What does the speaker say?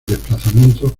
desplazamiento